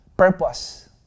Purpose